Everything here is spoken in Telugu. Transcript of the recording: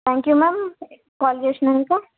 త్యాంక్ యూ మ్యామ్ కాల్ చేసినందుకు